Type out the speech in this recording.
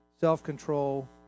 self-control